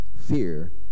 fear